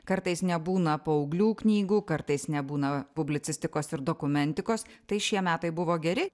kartais nebūna paauglių knygų kartais nebūna publicistikos ir dokumentikos tai šie metai buvo geri